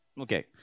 Okay